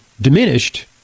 diminished